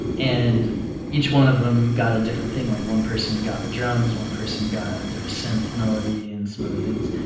and each one of them got a different thing. like one person got the drums. one person got the synth, melody, and some other things.